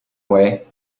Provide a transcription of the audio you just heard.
way